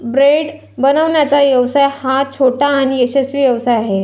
bread बनवण्याचा व्यवसाय हा छोटा आणि यशस्वी व्यवसाय आहे